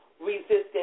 resistance